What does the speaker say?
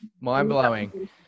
Mind-blowing